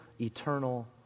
eternal